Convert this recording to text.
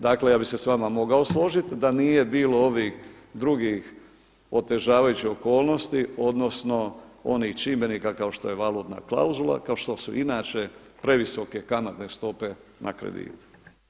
Dakle, ja bih se sa vama mogao složiti da nije bilo ovih drugih otežavajućih okolnosti, odnosno onih čimbenika kao što je valutna klauzula, kao što su inače previsoke kamatne stope na kredite.